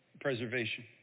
preservation